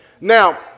Now